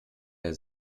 der